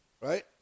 right